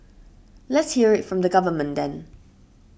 Let's hear it from the government then